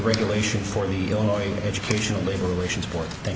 regulation for the illinois educational labor relations board th